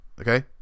okay